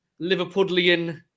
Liverpoolian